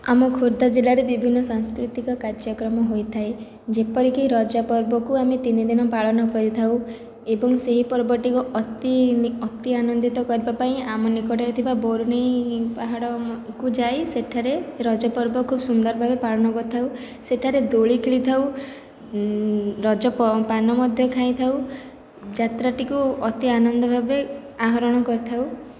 ଆମ ଖୋର୍ଦ୍ଧା ଜିଲ୍ଲାରେ ବିଭିନ୍ନ ସାଂସ୍କୃତିକ କାର୍ଯ୍ୟକ୍ରମ ହୋଇଥାଏ ଯେପରିକି ରଜ ପର୍ବକୁ ଆମେ ତିନିଦିନ ପାଳନ କରିଥାଉ ଏବଂ ସେହିପର୍ବ ଟିକୁ ଅତି ଅତିଆନନ୍ଦିତ କରିବା ପାଇଁ ଆମ ନିକଟରେ ଥିବା ବରୁଣେଇ ପାହାଡ଼କୁ ଯାଇ ସେଠାରେ ରଜପର୍ବ ଖୁବ ସୁନ୍ଦର ପାଳନ କରିଥାଉ ସେଠାରେ ଦୋଳି ଖେଳିଥାଉ ରଜ ପାନ ମଧ୍ୟ ଖାଇଥାଉ ଯାତ୍ରା ଟିକୁ ଅତି ଆନନ୍ଦ ଭାବେ ଆହରଣ କରିଥାଉ